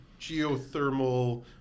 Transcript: geothermal